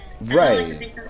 Right